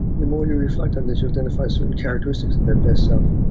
the more you reflect on this, you'll identify certain characteristics that best self.